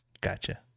gotcha